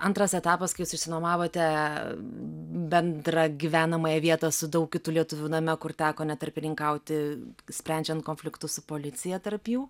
antras etapas kai jūs išsinuomavote bendrą gyvenamąją vietą su daug kitų lietuvių name kur teko net tarpininkauti sprendžiant konfliktus su policija tarp jų